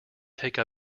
take